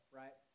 right